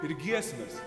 ir giesmės